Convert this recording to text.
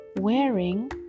wearing